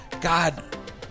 God